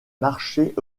marchés